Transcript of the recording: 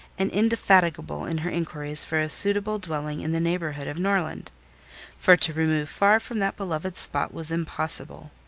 and indefatigable in her inquiries for a suitable dwelling in the neighbourhood of norland for to remove far from that beloved spot was impossible.